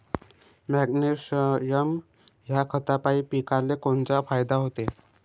Magnesium ह्या खतापायी पिकाले कोनचा फायदा होते?